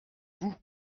vous